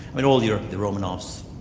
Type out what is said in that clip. mean all europe, the romanoffs,